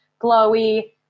glowy